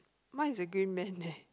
mine is a green man leh